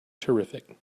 terrific